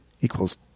equals